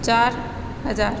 चार हज़ार